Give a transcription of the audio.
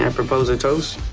and propose a toast?